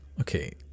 okay